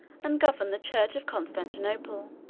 and govern the church of constantinople.